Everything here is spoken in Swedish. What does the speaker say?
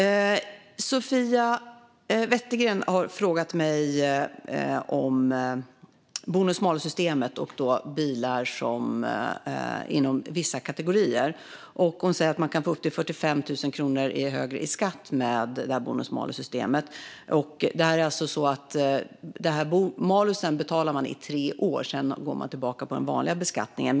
Sofia Westergren frågar om bonus-malus-systemet och bilar inom vissa kategorier. Hon säger att man kan få upp till 45 000 kronor i högre skatt med bonus-malus-systemet. Malusen betalar man i tre år, och sedan går man tillbaka till den vanliga beskattningen.